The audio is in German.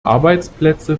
arbeitsplätze